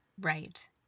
Right